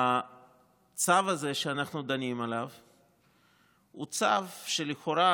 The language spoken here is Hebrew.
הצו הזה שאנחנו דנים עליו הוא צו שלכאורה